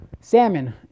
salmon